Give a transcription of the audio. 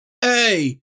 hey